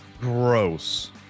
gross